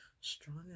strong